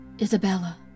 Isabella